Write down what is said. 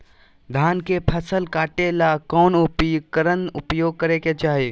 धान के फसल काटे ला कौन उपकरण उपयोग करे के चाही?